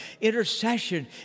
Intercession